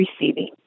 receiving